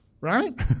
Right